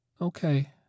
Okay